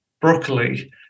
broccoli